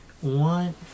one